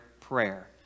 prayer